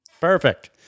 Perfect